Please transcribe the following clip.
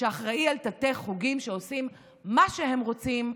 שאחראי על תתי-חוגים שעושים מה שהם רוצים.